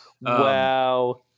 wow